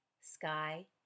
sky